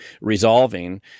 resolving